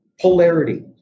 polarity